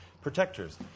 protectors